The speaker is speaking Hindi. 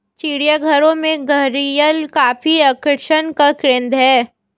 चिड़ियाघरों में घड़ियाल काफी आकर्षण का केंद्र है